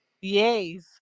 Yes